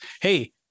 hey